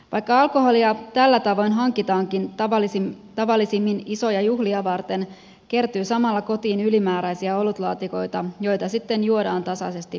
vaikka alkoholia tällä tavoin hankitaankin tavallisimmin isoja juhlia varten kertyy samalla kotiin ylimääräisiä olutlaatikoita joita sitten juodaan tasaisesti pois nurkista